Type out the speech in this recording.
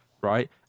right